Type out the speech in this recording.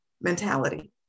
mentality